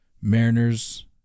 Mariners